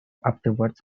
afterwards